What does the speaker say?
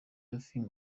roofing